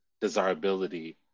desirability